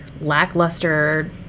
lackluster